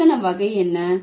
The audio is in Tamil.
இலக்கண வகை என்ன